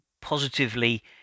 positively